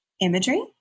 imagery